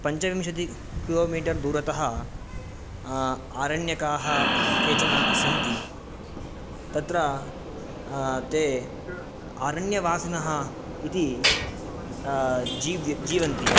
पञ्चविंशतिकिलोमीटर् दूरतः आरण्यकाः केचन सन्ति तत्र ते आरण्यवासिनः इति जीव्य जीवन्ति